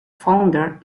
founder